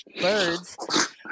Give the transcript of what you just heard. birds